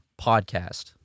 podcast